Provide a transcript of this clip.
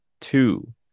two